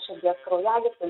širdies kraujagyslių